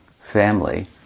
family